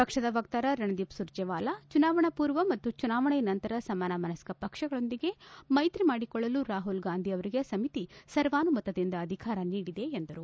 ಪಕ್ಷದ ವಕ್ತಾರ ರಣದೀಪ್ ಸುರ್ಜೆವಾಲಾ ಚುನಾವಣಾ ಪೂರ್ವ ಮತ್ತು ಚುನಾವಣೆ ನಂತರ ಸಮಾನ ಮನಸ್ಕ ಪಕ್ಷಗಳೊಂದಿಗೆ ಮೈತ್ರಿ ಮಾಡಿಕೊಳ್ಳಲು ರಾಹುಲ್ ಗಾಂಧಿವರಿಗೆ ಸಮಿತಿ ಸರ್ವಾನುಮತದಿಂದ ಅಧಿಕಾರ ನೀಡಿದೆ ಎಂದರು